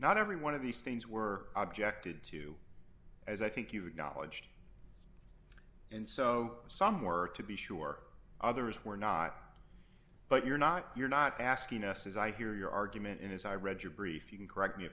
not every one of these things were objected to as i think you acknowledged and so some were to be sure others were not but you're not you're not asking us as i hear your argument and as i read your brief you can correct me